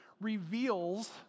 reveals